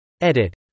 Edit